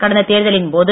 கடந்த தேர்தலின் போது